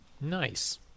Nice